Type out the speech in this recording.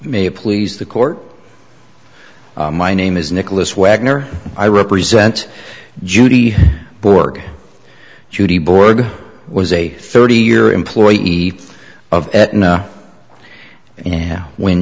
it please the court my name is nicholas wagner i represent judy borg judy borg was a thirty year employee of yeah when